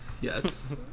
Yes